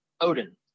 Odin